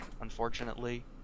unfortunately